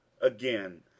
Again